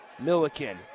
milliken